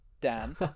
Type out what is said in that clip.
dan